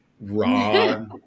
raw